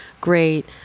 great